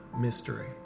Mystery